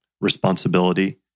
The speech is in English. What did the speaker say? responsibility